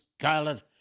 scarlet